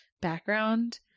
background